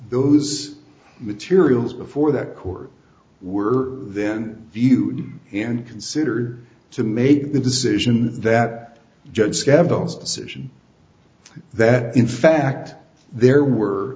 those materials before the court were then view and considered to make the decision that judge schedules decision that in fact there were